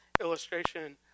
illustration